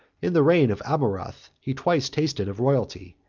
in the reign of amurath, he twice tasted of royalty,